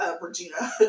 Regina